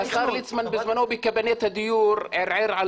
השר ליצמן בזמנו בקבינט הדיור ערער על